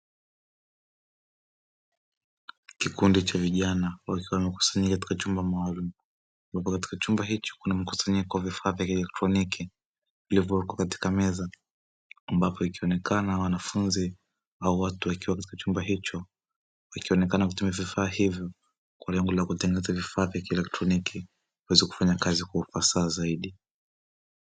Kikundi cha vijana wakiwa wamekusanyika katika chumba maalumu katika chumba hicho kuna mkusanyiko wa vifaa vya kiekektroniki vilivyopo katika meza, ambapo ikionekana wanafunzi au watu wakiwa katika chumba hicho wakionekana kutumia vifaa hivyo kwa ajili ya kutengeneza vifaa vya kielektroniki kuweza kufanya kazi kwa ufasaha zaidi.